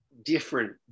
different